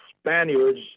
Spaniards